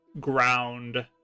ground